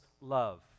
love